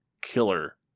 killer